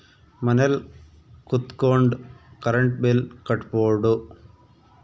ಮನೆಲ್ ಕುತ್ಕೊಂಡ್ current bill ಕಟ್ಬೊಡು